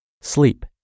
Sleep